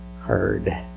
heard